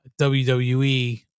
WWE